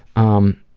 um,